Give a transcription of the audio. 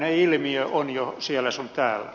tämmöinen ilmiö on jo siellä sun täällä